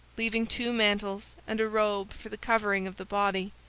leaving two mantles and a robe for the covering of the body,